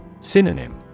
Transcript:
Synonym